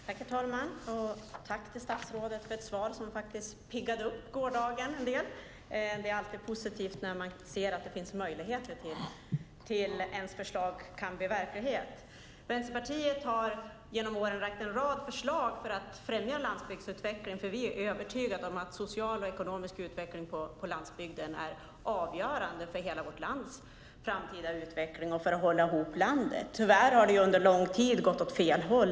Herr talman! Tack, statsrådet, för ett svar som piggade upp gårdagen en del. Det är alltid positivt när det finns en möjlighet att ens förslag kan bli verklighet. Vänsterpartiet har under åren lagt fram en rad förslag för att främja landsbygdsutvecklingen. Vi är övertygade om att social och ekonomisk utveckling på landsbygden är avgörande för hela vårt lands framtida utveckling och för att hålla ihop landet. Tyvärr har det under lång tid gått åt fel håll.